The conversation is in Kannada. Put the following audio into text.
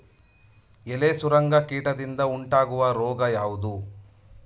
ಎಲೆ ಸುರಂಗ ಕೀಟದಿಂದ ಉಂಟಾಗುವ ರೋಗ ಯಾವುದು?